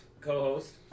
Co-host